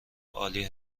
عالی